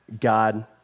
God